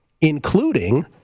including